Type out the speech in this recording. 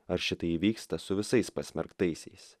ar šitai įvyksta su visais pasmerktaisiais